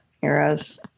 Heroes